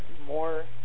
More